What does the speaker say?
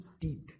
deep